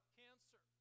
cancer